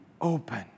open